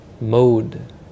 mode